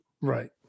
right